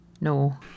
No